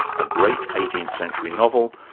a great eighteenth century novel,